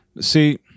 See